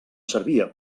servia